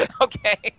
okay